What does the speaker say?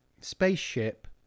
spaceship